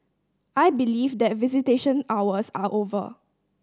I believe that visitation hours are over